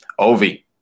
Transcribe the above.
Ovi